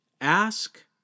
ask